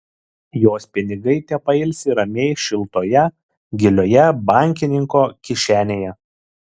jos pinigai tepailsi ramiai šiltoje gilioje bankininko kišenėje